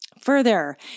Further